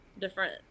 different